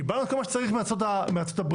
קיבלנו את מה שצריך מארצות הברית.